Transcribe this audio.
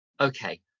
okay